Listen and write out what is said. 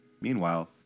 Meanwhile